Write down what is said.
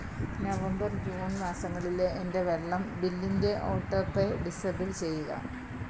November June മാസങ്ങളിലെ എന്റെ വെള്ളം ബില്ലിന്റെ ഓട്ടോപ്പേ ഡിസബിൾ ചെയ്യുക